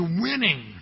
winning